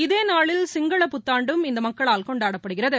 இதேநாளில் சிங்கள புத்தாண்டும் அந்தமக்களால் கொண்டாடப்படுகிறது